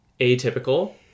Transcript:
atypical